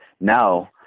now